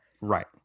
right